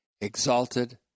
exalted